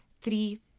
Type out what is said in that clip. three